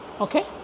Okay